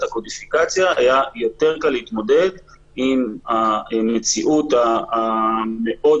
הקודיפיקציה היה יותר קל להתמודד עם המציאות המאוד